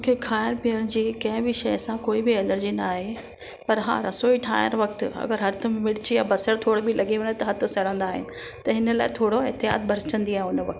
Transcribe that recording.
मूंखे खाइण पियण जी कंहिं बि शइ सां कोई बि एलर्जी नाहे पर हा रसोई ठाहिण वक़्त अगरि हथु में मिर्च या बसरु थोरो बि लॻी वञे त हथु सडंदा आहिनि त हिन लाइ थोरो एहतियात बरचंदी आहे हुन वक़्त